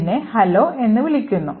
ഇതിനെ Hello എന്ന് വിളിക്കുന്നു